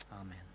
Amen